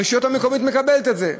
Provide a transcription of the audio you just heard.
הרשות המקומית מקבלת את זה.